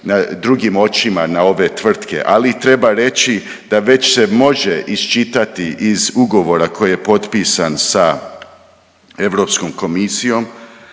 drugim očima na ove tvrtke ali treba reći da već se može iščitati iz ugovora koji je potpisan sa europskom komisijom